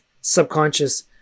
subconscious